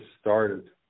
started